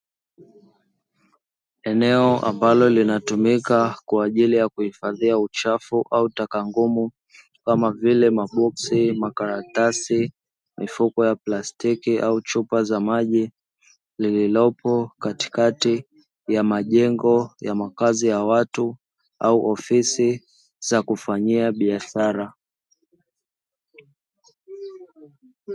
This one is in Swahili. Eneo ambalo linatumika kwa ajili ya kuhifadhia uchafu au taka ngumu kama vile maboksi, makaratasi, mifuko ya plastiki au chupa za maji lililopo katikati ya majengo ya makazi ya watu au ofisi za kufanyia biashara.